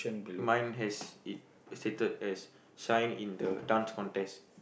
mine has it stated as sign in the dance contest